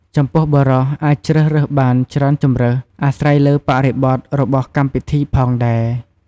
ចំពោះបុរសអាចជ្រើសរើសបានច្រើនជម្រើស អាស្រ័យលើបរិបទរបស់កម្មពិធីផងដែរ។